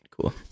Cool